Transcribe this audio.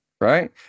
right